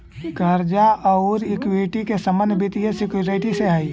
कर्जा औउर इक्विटी के संबंध वित्तीय सिक्योरिटी से हई